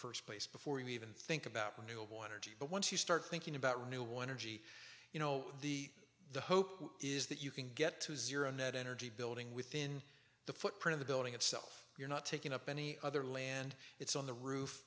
first place before you even think about renewable energy but once you start thinking about renewable energy you know the hope is that you can get to zero net energy building within the footprint the building itself you're not taking up any other land it's on the roof